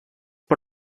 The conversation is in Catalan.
per